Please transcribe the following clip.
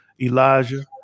elijah